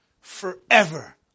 forever